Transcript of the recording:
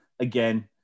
again